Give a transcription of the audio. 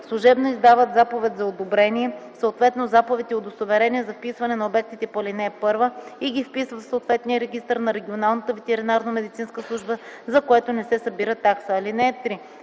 служебно издават заповед за одобрение, съответно заповед и удостоверение за вписване на обектите по ал. 1 и ги вписват в съответния регистър на Регионалната ветеринарномедицинска служба, за което не се събира такса. (3)